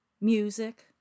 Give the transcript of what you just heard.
Music